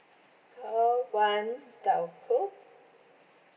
call one telco